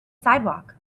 sidewalk